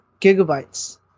gigabytes